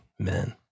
amen